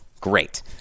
great